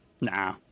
Nah